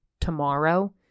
tomorrow